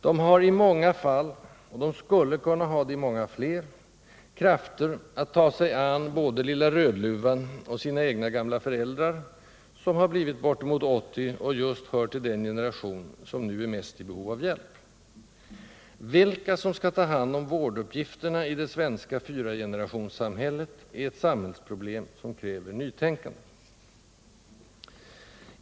De har i många fall — och skulle kunna ha det i många fler — krafter att ta sig an både lilla Rödluvan och sina egna gamla föräldrar, som har blivit bortemot 80 och just hör till den generation som nu är mest i behov av hjälp. Vilka som skall ta hand om vårduppgifterna i det svenska fyragenerationssamhället är ett samhällsproblem som kräver nytänkande.